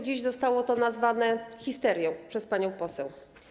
Dziś zostało to nazwane histerią przez panią poseł.